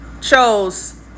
chose